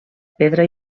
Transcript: pedra